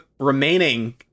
remaining